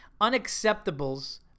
Unacceptables